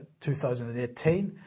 2018